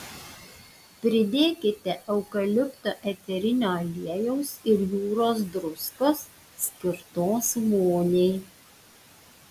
pridėkite eukalipto eterinio aliejaus ir jūros druskos skirtos voniai